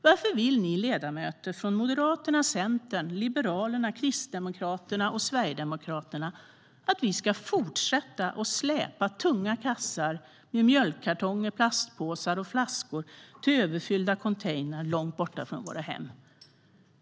Varför vill ni ledamöter från Moderaterna, Centern, Liberalerna, Kristdemokraterna och Sverigedemokraterna att vi ska fortsätta släpa tunga kassar med mjölkkartonger, plastpåsar och flaskor till överfyllda containrar långt borta från våra hem?